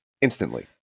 instantly